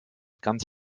ganz